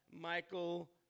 Michael